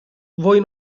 voi